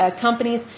companies